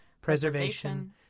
preservation